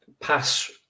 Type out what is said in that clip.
pass